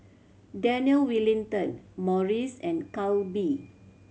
Daniel Wellington Morries and Calbee